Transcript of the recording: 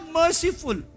merciful